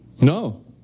No